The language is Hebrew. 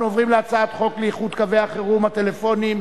אנחנו עוברים להצעת חוק לאיחוד קווי החירום הטלפוניים,